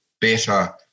better